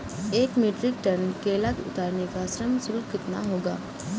एक metric ton केला उतारने का श्रम शुल्क कितना होगा?